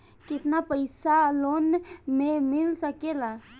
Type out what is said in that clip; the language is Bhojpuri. केतना पाइसा लोन में मिल सकेला?